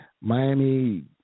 Miami